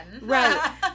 Right